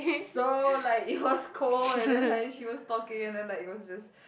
so like it was cold and then like she was talking and then like it was just